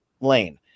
lane